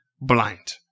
blind